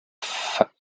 fabian